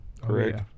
Correct